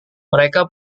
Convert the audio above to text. mereka